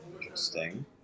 Interesting